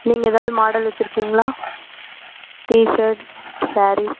நீங்கள் எதாவது மாடல் வச்சிருக்கிங்களா டீ ஷர்ட் சாரீஸ்